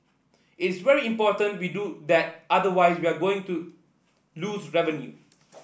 it's very important we do that otherwise we are going to lose revenue